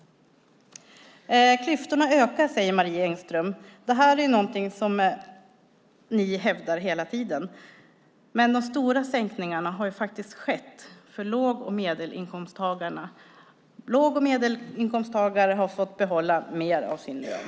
Klyftorna ökar, säger Marie Engström. Det är någonting som ni hävdar hela tiden. Men de stora skattesänkningarna har faktiskt skett för låg och medelinkomsttagarna. Låg och medelinkomsttagare har fått behålla mer av sin lön.